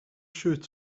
shoot